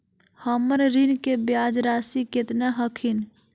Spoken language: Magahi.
हमर ऋण के ब्याज रासी केतना हखिन?